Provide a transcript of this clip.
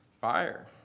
fire